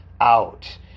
out